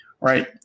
Right